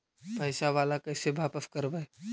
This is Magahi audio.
पैसा बाला कैसे बापस करबय?